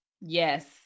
Yes